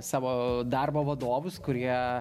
savo darbo vadovus kurie